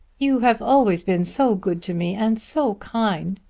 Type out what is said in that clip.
you have always been so good to me, and so kind!